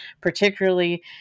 particularly